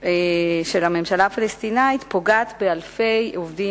של הממשלה הפלסטינית פוגעת באלפי עובדים